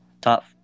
top